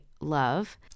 love